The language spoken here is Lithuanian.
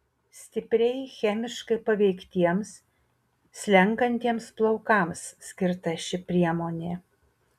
stipriai chemiškai paveiktiems slenkantiems plaukams skirta ši priemonė